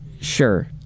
Sure